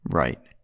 right